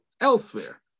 elsewhere